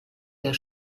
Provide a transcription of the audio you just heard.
der